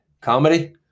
comedy